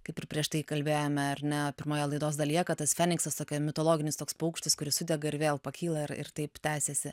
kaip ir prieš tai kalbėjome ar ne pirmoje laidos dalyje kad tas feniksas apie mitologinis toks paukštis kuris sudega ir vėl pakyla ir ir taip tęsiasi